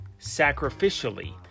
sacrificially